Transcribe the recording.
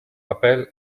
apple